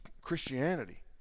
Christianity